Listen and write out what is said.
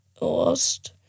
Lost